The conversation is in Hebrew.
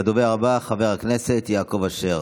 הדובר הבא, חבר הכנסת יעקב אשר,